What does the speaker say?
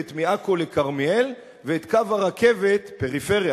מעכו לכרמיאל ואת קו הרכבת פריפריה,